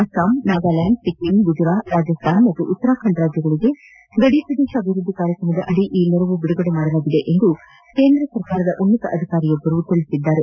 ಅಸ್ಲಾಂ ನಾಗಾಲ್ಡಾಂಡ್ ಸಿಕ್ಕಿಂ ಗುಜರಾತ್ ರಾಜಸ್ತಾನ್ ಮತ್ತು ಉತ್ತರಖಂಡ ರಾಜ್ಯಗಳಿಗೆ ಗಡಿಪ್ರದೇಶ ಅಭಿವೃದ್ದಿ ಕಾರ್ಯಕ್ರಮದಡಿ ಈ ನೆರವನ್ನು ಬಿಡುಗಡೆ ಮಾಡಲಾಗಿದೆ ಎಂದು ಕೇಂದ್ರ ಸರ್ಕಾರದ ಉನ್ನತಾಧಿಕಾರಿಯೊಬ್ಬರು ತಿಳಿಸಿದ್ದಾರೆ